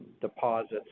deposits